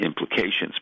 Implications